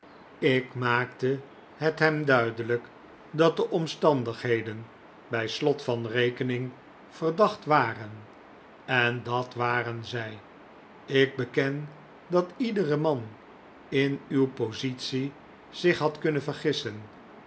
ik maakte het hem duidelijk dat de omstandigheden bij slot van rekening verdacht waren en dat waren zij ik beken dat iedere man in uw positie zich had kunnen vergissen